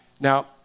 Now